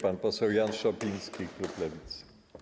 Pan poseł Jan Szopiński, klub Lewicy.